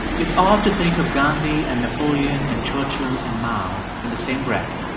it's odd to think of gandhi and napoleon and churchill and mao in the same breath,